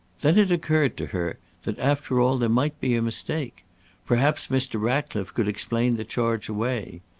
then it occurred to her that after all there might be a mistake perhaps mr. ratcliffe could explain the charge away.